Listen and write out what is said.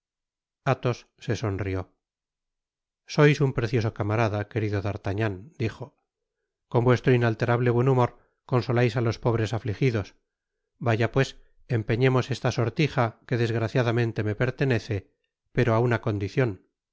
athos se sonrió sois un precioso camarada querido d'artagnan dijo con vuestro inalterable buen humor consolais á ios pobres afligidos vaya pues empeñemos esta sortija que desgraciadamente me pertenece pero á una condicion